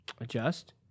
adjust